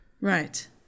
Right